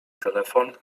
telefon